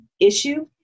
issue